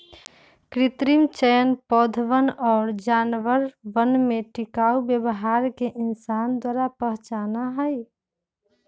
कृत्रिम चयन पौधवन और जानवरवन में टिकाऊ व्यवहार के इंसान द्वारा पहचाना हई